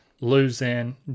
losing